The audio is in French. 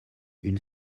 une